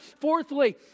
Fourthly